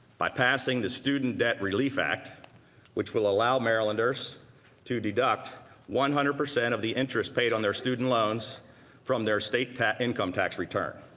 by passing the student debt relief act which will allow marylanders to deduct one hundred percent of the interest paid on their student loans from their state income tax return.